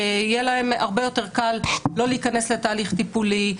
יהיה להם הרבה יותר קל לא להיכנס לתהליך טיפולי,